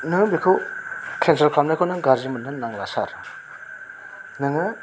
नों बेखौ केन्सेल खालामनायखौ नों गाज्रि मोन्नो नांला सार नोङो